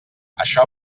això